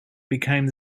became